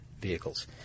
vehicles